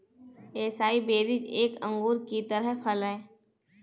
acai berries एक अंगूर की तरह फल हैं